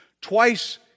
Twice